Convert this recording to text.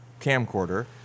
camcorder